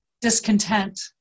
discontent